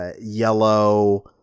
yellow